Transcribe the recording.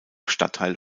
stadtteil